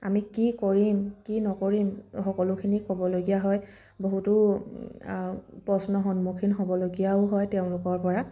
আমি কি কৰিম কি নকৰিম সকলোখিনি ক'বলগীয়া হয় বহুতো প্ৰশ্নৰ সন্মুখীন হ'বলগীয়াও হয় তেওঁলোকৰপৰা